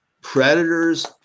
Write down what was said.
Predators